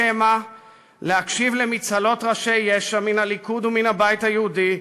או שמא להקשיב למצהלות ראשי יש"ע מן הליכוד ומן הבית היהודי,